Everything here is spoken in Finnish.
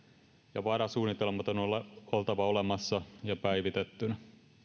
ja varasuunnitelmat on oltava olemassa ja päivitettynä